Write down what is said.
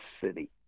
city